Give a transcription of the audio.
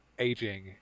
aging